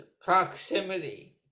proximity